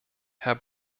herr